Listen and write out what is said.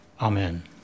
amen